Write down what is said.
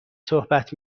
صحبت